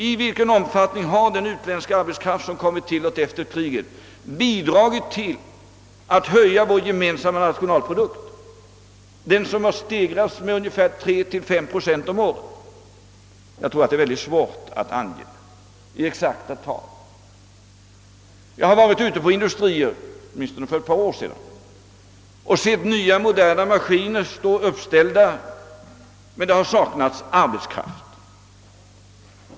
I vilken omfattning har den utländska arbetskraft som kommit till oss efter kriget bidragit till att höja vår gemensamma nationalprodukt, som har stegrats med 3—5 procent om året? Jag tror det är mycket svårt att ange detta i exakta tal. Jag har varit ute på industrier — åtminstone för ett par år sedan — och sett nya, moderna maskiner stå undanställda, emedan det har saknats arbetskraft.